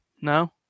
no